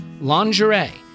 Lingerie